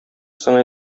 соң